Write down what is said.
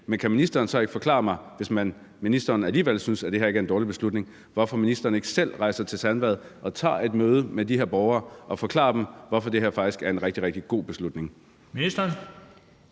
Men kan ministeren så ikke forklare mig, hvis ministeren alligevel synes, at det her ikke er en dårlig beslutning, hvorfor ministeren ikke selv rejser til Sandvad og tager et møde med de her borgere og forklarer dem, hvorfor det her faktisk er en rigtig, rigtig god beslutning?